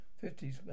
Fifties